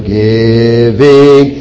giving